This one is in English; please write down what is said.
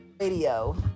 radio